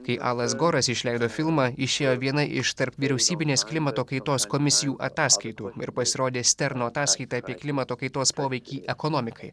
kai alas goras išleido filmą išėjo viena iš tarpvyriausybinės klimato kaitos komisijų ataskaitų ir pasirodė sterno ataskaita apie klimato kaitos poveikį ekonomikai